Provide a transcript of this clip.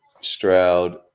Stroud